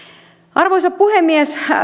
arvoisa puhemies